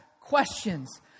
questions